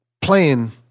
playing